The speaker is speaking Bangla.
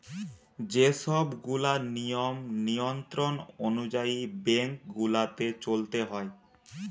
যে সব গুলা নিয়ম নিয়ন্ত্রণ অনুযায়ী বেঙ্ক গুলাকে চলতে হয়